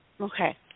Okay